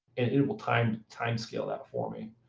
and it will kind of time-scale that for me.